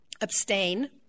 abstain